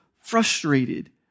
frustrated